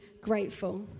grateful